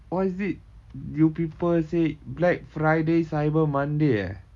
what is it you people say black friday cyber monday eh